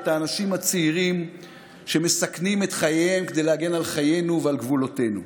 את האנשים הצעירים שמסכנים את חייהם כדי להגן על חיינו ועל גבולותינו.